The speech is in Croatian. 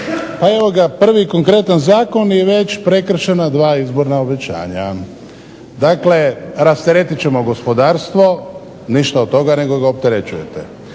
Evo ga konkretan Zakon i već prekršena dva izborna obećanja, dakle rasteretit ćemo gospodarstvo ništa od toga nego ga opterećujete.